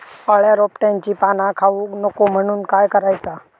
अळ्या रोपट्यांची पाना खाऊक नको म्हणून काय करायचा?